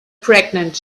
pregnant